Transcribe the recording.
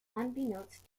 unbeknownst